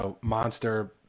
monster